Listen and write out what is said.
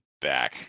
back